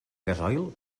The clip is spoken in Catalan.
gasoil